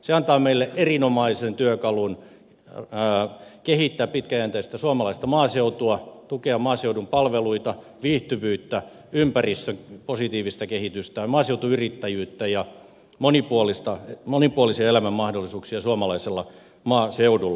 se antaa meille erinomaisen työkalun kehittää pitkäjänteisesti suomalaista maaseutua tukea maaseudun palveluita viihtyvyyttä ympäristön positiivista kehitystä maaseutuyrittäjyyttä ja monipuolisia elämän mahdollisuuksia suomalaisella maaseudulla